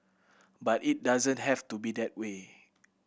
but it doesn't have to be that way